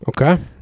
Okay